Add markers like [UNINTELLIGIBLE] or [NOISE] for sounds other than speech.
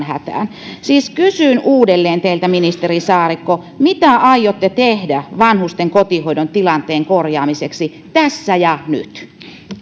[UNINTELLIGIBLE] hätään siis kysyn uudelleen teiltä ministeri saarikko mitä aiotte tehdä vanhusten kotihoidon tilanteen korjaamiseksi tässä ja nyt